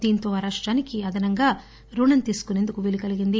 దీనితో ఆ రాష్టానికి అదనంగా రుణం తీసుకుసేందుకు వీలు కలిగింది